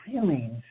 feelings